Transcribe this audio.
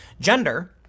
gender—